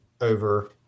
over